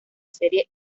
serie